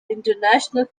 international